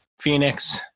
Phoenix